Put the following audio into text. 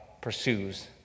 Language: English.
pursues